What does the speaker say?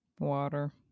Water